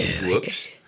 Whoops